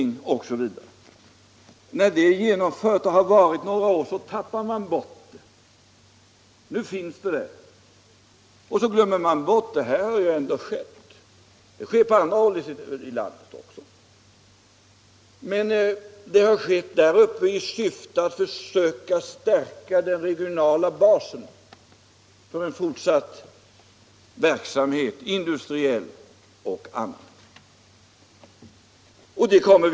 När man nu har ett universitet sedan några 26 februari 1976 år tappar man bort frågan om de konsekvenser som detta medför. Man I nöjer sig med att ett universitet har förlagts till Västerbotten, såsom Om sysselsättningen har skett i andra delar av landet. Men man glömmer att förläggningen = vid Sonabs anläggav ett universitet till Västerbotten har skett i syfte att stärka den regionala — ning i Lövånger, basen för fortsatt industriell och annan verksamhet.